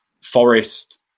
Forest